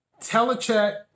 telecheck